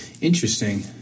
Interesting